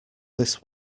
this